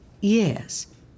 Yes